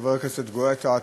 חבר הכנסת גואטה,